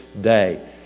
Day